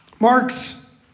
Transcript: Mark's